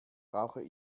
brauche